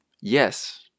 Yes